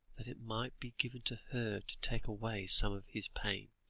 that it might be given to her to take away some of his pain.